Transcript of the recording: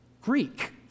Greek